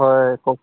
হয় কওক